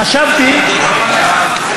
חשבתי,